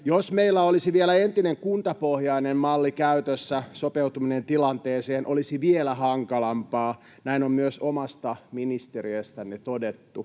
Jos meillä olisi vielä entinen kuntapohjainen malli käytössä, sopeutuminen tilanteeseen olisi vielä hankalampaa. Näin on myös omasta ministeriöstänne todettu.